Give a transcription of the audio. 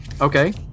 Okay